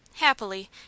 happily